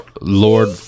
Lord